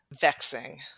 vexing